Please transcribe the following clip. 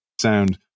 sound